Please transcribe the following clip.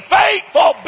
faithful